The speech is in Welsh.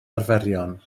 arferion